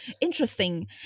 interesting